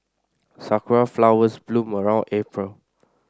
sakura flowers bloom around April